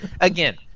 Again